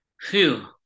Phew